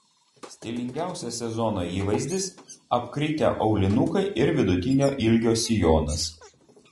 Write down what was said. stilingiausias sezono įvaizdis apkritę aulinukai ir vidutinio ilgio sijonas